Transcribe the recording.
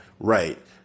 Right